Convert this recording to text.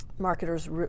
marketers